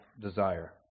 desire